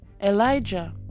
Elijah